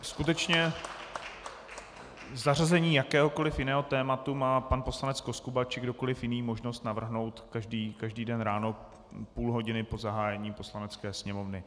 Ano, skutečně zařazení jakéhokoliv jiného tématu má pan poslanec Koskuba či kdokoliv jiný možnost navrhnout každý den ráno půl hodiny po zahájení Poslanecké sněmovny.